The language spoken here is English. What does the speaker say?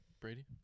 Brady